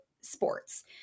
sports